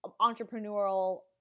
entrepreneurial